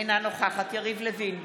אינה נוכחת יריב לוין,